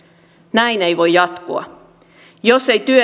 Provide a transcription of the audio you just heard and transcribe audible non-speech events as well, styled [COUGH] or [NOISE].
näin ei voi jatkua jos ei työ [UNINTELLIGIBLE]